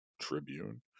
Tribune